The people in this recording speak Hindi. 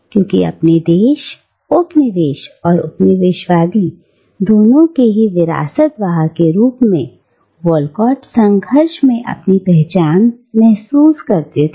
क्योंकि अपने देश उपनिवेश और उपनिवेशवादी दोनों के ही विरासत वाहक के रूप में वॉलकॉट संघर्ष में अपनी पहचान महसूस करते हैं